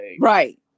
Right